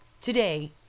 today